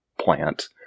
plant